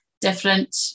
different